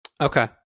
Okay